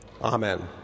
amen